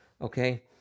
okay